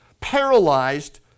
paralyzed